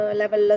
level